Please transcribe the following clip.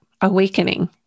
awakening